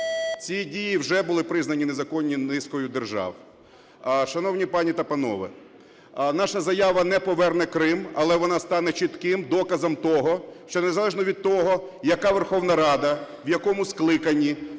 Ці дії вже були признані незаконними низкою держав. Шановні пані та панове, наша заява не поверне Крим, але вона стане чітким доказом того, що незалежно від того, яка Верховна Рада, в якому скликанні,